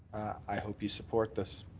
i hope you support this.